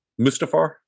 Mustafar